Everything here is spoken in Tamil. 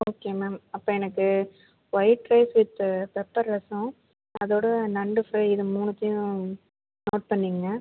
ஓகே மேம் அப்போ எனக்கு white rice with pepper rasam அதோட நண்டு ஃப்ரை இது மூணுத்தையும் நோட் பண்ணிங்க